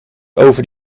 over